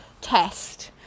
test